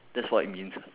that's what it means